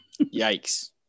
yikes